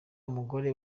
umugore